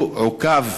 הוא עוכב